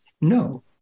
No